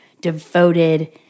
devoted